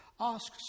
asks